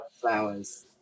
flowers